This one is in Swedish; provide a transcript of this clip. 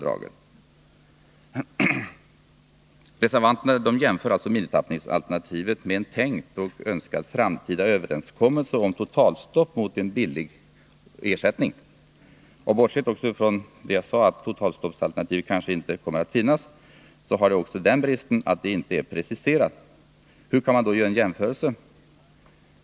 Reservanterna jämför alltså minimitappningsalternativet med en tänkt och önskad framtida överenskommelse om totalstopp mot en billig ersättning. Bortsett också från det jag sade om att totalstoppsalternativet kanske inte kommer att finnas, så har det också den bristen att det inte är preciserat. Hur kan man då göra en jämförelse?